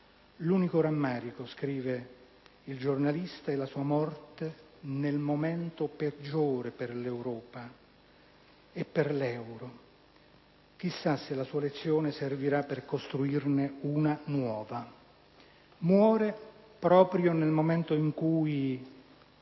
"L'unico rammarico" - scrive ancora il giornalista - "è la sua morte nel momento peggiore per l'Euro e per l'Europa. Chissà se la sua lezione servirà per costruirne una nuova". Muore proprio nel momento in cui